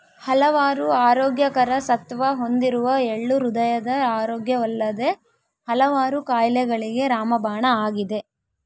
ಹಲವಾರು ಆರೋಗ್ಯಕರ ಸತ್ವ ಹೊಂದಿರುವ ಎಳ್ಳು ಹೃದಯದ ಆರೋಗ್ಯವಲ್ಲದೆ ಹಲವಾರು ಕಾಯಿಲೆಗಳಿಗೆ ರಾಮಬಾಣ ಆಗಿದೆ